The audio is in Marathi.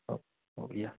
हो हो या